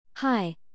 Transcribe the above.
Hi